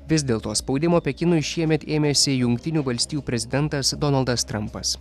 vis dėl to spaudimo pekinui šiemet ėmėsi jungtinių valstijų prezidentas donaldas trampas